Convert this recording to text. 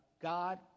God